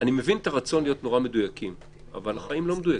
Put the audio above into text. מבין את הרצון להיות נורא מדויקים אבל החיים לא מדויקים,